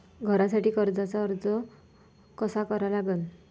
घरासाठी कर्जाचा अर्ज कसा करा लागन?